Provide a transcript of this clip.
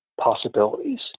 possibilities